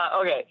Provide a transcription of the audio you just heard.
Okay